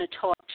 talk